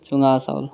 চুঙা চাউল